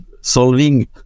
solving